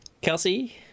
Kelsey